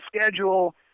schedule